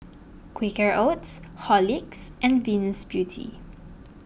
Quaker Oats Horlicks and Venus Beauty